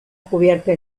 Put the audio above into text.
cubierta